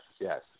yes